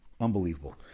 Unbelievable